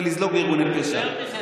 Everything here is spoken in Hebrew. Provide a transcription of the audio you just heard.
הרבה, לא כולם.